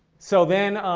so then